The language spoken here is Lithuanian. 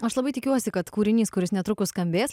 aš labai tikiuosi kad kūrinys kuris netrukus skambės